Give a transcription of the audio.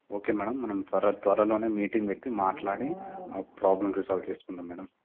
okay madam మనం త్వర త్వరలోనే మీటింగ్ పెట్టి మాట్లాడి ఆ ప్రాబ్లమ్ రిసాల్వ్ చేసుకుందాం మేడమ్